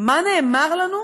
מה נאמר לנו,